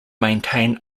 maintain